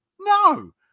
No